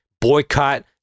boycott